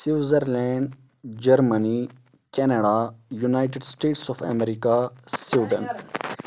Switzerland Germany Canada United States of America Sweden